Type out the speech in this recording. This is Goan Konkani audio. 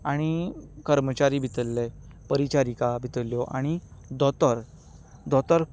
आनी कर्मचारी भितरले परिचारीका भितरल्यो आनी दोतोर दोतोर खूब